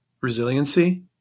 resiliency